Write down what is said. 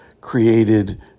created